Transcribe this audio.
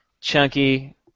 chunky